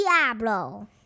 diablo